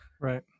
Right